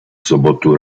sobotu